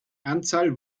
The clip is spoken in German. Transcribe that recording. anzahl